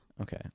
Okay